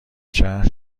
شهر